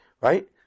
Right